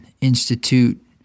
Institute